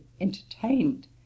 entertained